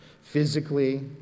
physically